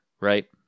right